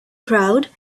crowd